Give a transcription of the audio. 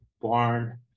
barn